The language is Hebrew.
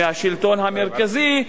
מהשלטון המרכזי,